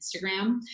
Instagram